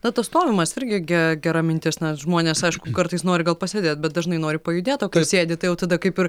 na tas stovimas irgi ge gera mintis nes žmonės aišku kartais nori gal pasėdėt bet dažnai nori pajudėt o kai sėdi tai jau tada kaip ir